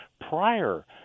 prior